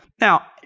Now